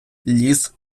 ліс